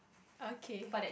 okay